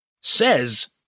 says